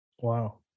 Wow